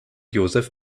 joseph